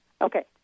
Okay